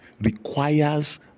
requires